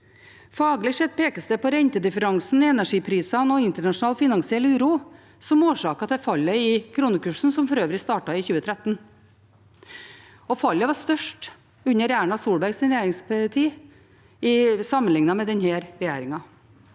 Faglig sett pekes det på rentedifferansen, energiprisene og internasjonal finansiell uro som årsaker til fallet i kronekursen, som for øvrig startet i 2013. Fallet var størst i Erna Solbergs regjeringstid sammenlignet med i denne perioden.